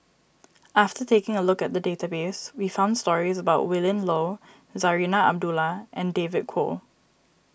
after taking a look at the database we found stories about Willin Low Zarinah Abdullah and David Kwo